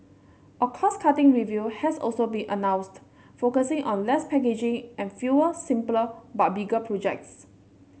a cost cutting review has also been announced focusing on less packaging and fewer simpler but bigger projects